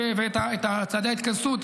ואת צעדי ההתכנסות,